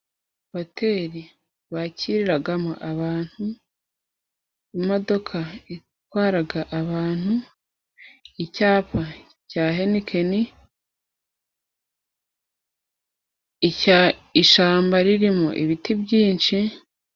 Hoteri bakiriragamo abantu, imodoka itwaraga abantu, icyapa cya henikeni, ishamba ririmo ibiti byinshi.